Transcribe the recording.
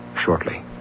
shortly